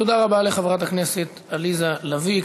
תודה רבה לחברת הכנסת עליזה לביא.